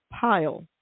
pile